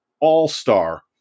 all-star